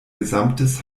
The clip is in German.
gesamtes